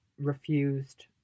refused